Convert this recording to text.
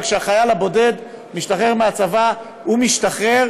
וכשהחייל הבודד משתחרר מהצבא הוא משתחרר